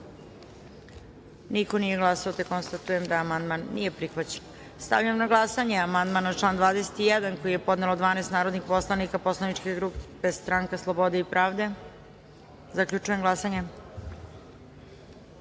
Niko nije glasao. Konstatujem da amandman nije prihvaćen. Stavljam na glasanje amandman na član 21. koji je podelo 12 narodnih poslanika Poslaničke grupe Stranka slobode i pravde. Zaključujem glasanje: